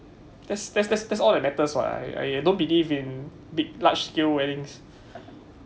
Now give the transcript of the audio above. that's that's that's all that matters [what] I I I don't believe in big large scale weddings